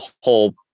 whole